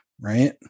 Right